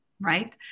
right